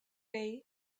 day